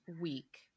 week